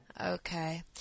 Okay